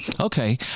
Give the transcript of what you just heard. okay